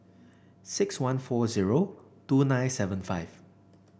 six one four zero two nine seven five